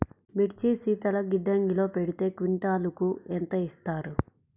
మిర్చి శీతల గిడ్డంగిలో పెడితే క్వింటాలుకు ఎంత ఇస్తారు?